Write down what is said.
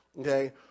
okay